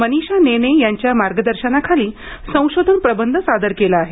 मनिषा नेने यांच्या मार्गदर्शनाखाली संशोधन प्रबंध सादर केला आहे